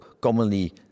commonly